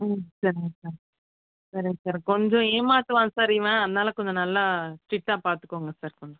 ம் சரிங்க சார் சரிங்க சார் கொஞ்சம் ஏமாற்றுவான் சார் இவன் அதனால் கொஞ்சம் நல்லா ஸ்ட்ரிக்ட்டாக பார்த்துக்கோங்க சார் கொஞ்சம்